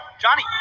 Johnny